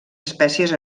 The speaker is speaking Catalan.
espècies